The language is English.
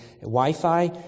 Wi-Fi